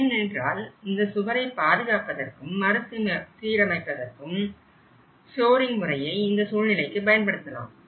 ஏனென்றால் இந்த சுவரை பாதுகாப்பதற்கும் மறுசீரமைப்பதற்கும் ஷோரிங் முறையை இந்த சூழ்நிலைக்கு பயன்படுத்தலாம்